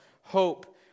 hope